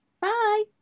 bye